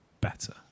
Better